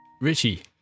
Richie